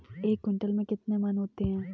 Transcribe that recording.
एक क्विंटल में कितने मन होते हैं?